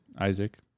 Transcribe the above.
Isaac